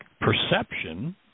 perception